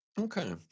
Okay